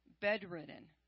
Bedridden